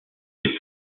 que